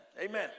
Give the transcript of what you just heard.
Amen